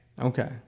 Okay